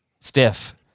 Stiff